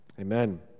amen